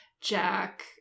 Jack